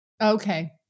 Okay